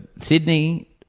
Sydney